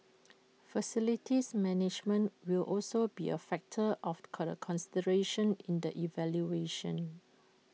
facilities management will also be A factor of colour consideration in the evaluation